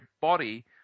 body